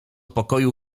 pokoju